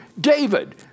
David